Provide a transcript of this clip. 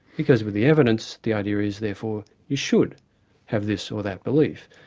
because with the evidence, the idea is therefore we should have this or that belief.